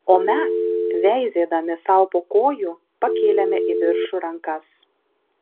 o mes veizėdami sau po kojų pakėlėme į viršų rankas